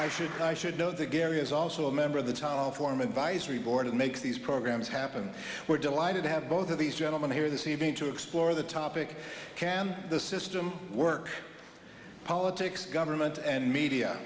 much should i should know that gary is also a member of the time off alarm advisory board to make these programs happen we're delighted to have both of these gentlemen here this evening to explore the topic can the system work politics government and media